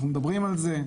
אנחנו מדברים על זה,